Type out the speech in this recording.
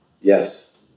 Yes